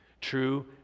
True